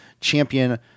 Champion